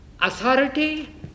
authority –